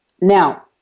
Now